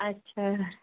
अच्छा